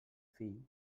fill